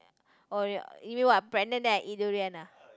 or uh you mean what pregnant then I eat durian ah